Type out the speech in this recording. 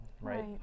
right